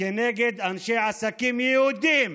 כנגד אנשי עסקים יהודים,